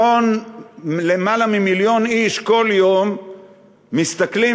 למעלה ממיליון איש בכל יום מסתכלים